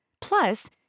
Plus